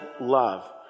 love